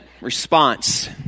response